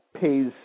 pays